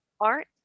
art